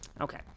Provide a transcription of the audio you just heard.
okay